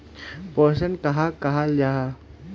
पोषण कहाक कहाल जाहा जाहा?